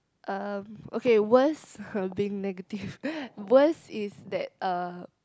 um okay worst being negative worst is that uh